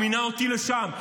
הוא מינה אותי לשם,